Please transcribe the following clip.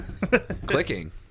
Clicking